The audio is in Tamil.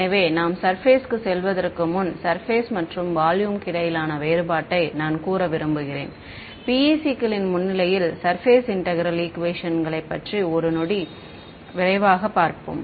எனவே நாம் சர்பேஸ்க்குச் செல்வதற்கு முன் சர்பேஸ் மற்றும் வால்யூம்க்கு இடையிலான வேறுபாட்டை நான் கூற விரும்புகிறேன் PEC க்களின் முன்னிலையில் சர்பேஸ் இன்டெக்ரேல் ஈக்குவேஷன்ங்களைப் பற்றி ஒரு நொடி விரைவாக பார்ப்போம்